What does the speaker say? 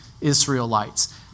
Israelites